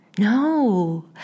No